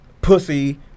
pussy